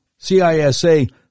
CISA